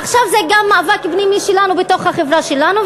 עכשיו זה גם מאבק פנימי שלנו בתוך החברה שלנו,